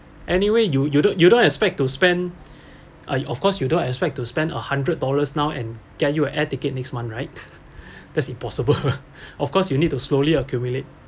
anyway you you don't you don't expect to spend uh you of course you don't expect to spend a hundred dollars now and get your a air ticket next month right that's impossible of course you need to slowly accumulate